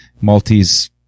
maltese